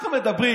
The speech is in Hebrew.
אנחנו מדברים,